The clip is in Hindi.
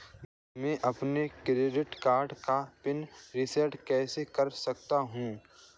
मैं अपने क्रेडिट कार्ड का पिन रिसेट कैसे कर सकता हूँ?